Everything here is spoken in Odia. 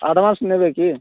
ଆଡ଼୍ଭାନ୍ସ ନେବେ କି